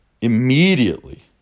immediately